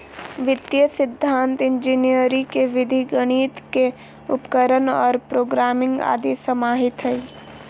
वित्तीय सिद्धान्त इंजीनियरी के विधि गणित के उपकरण और प्रोग्रामिंग आदि समाहित हइ